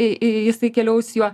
i jis keliaus juo